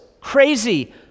crazy